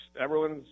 everyone's